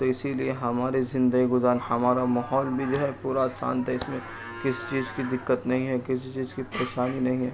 تو اسی لیے ہمارے زندگی گزارا ہمارا ماحول بھی جو ہے پورا شانت ہے اس میں کسی چیز کی دقت نہیں ہے کسی چیز کی پریشانی نہیں ہے